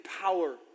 power